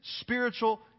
spiritual